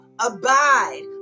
Abide